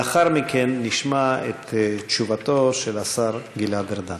לאחר מכן נשמע את תשובתו של השר גלעד ארדן.